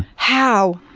how?